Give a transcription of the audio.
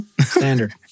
Standard